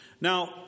Now